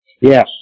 Yes